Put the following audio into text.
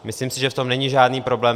Myslím si, že v tom není žádný problém.